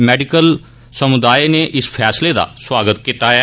medical समुदाय नै इस फैसले दा स्वागत कीता ऐ